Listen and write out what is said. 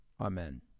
Amen